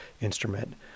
instrument